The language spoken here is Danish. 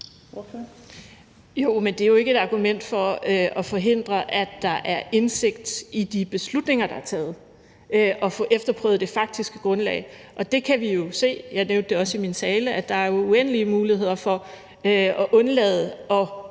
Jo, men det er jo ikke et argument for at forhindre, at der er indsigt i de beslutninger, der er taget, og få efterprøvet det faktiske grundlag. Der kan vi jo se, og jeg nævnte det også i min tale, at